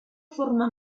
forma